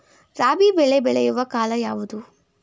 ರಾಬಿ ಬೆಳೆ ಬೆಳೆಯುವ ಕಾಲ ಯಾವುದು?